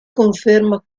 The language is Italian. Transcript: conferma